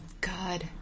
God